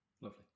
Lovely